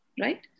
right